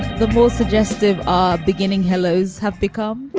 the more suggestive ah beginning hellos have become